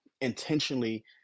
intentionally